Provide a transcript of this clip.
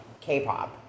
k-pop